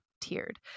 tiered